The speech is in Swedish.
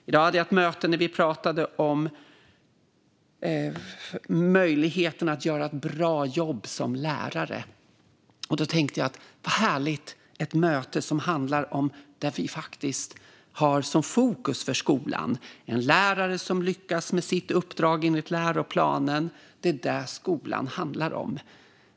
I dag hade jag ett möte där vi pratade om möjligheterna att göra ett bra jobb som lärare. Då tänkte jag: Vad härligt, ett möte som handlar om det vi har som fokus för skolan! En lärare som lyckas med sitt uppdrag enligt läroplanen - det är det skolan handlar om.